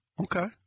Okay